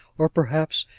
or, perhaps,